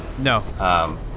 No